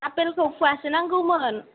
आफेलखौ फुवासे नांगौमोन